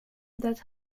that